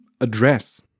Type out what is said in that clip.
address